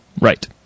Right